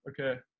okay